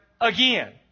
again